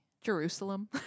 Jerusalem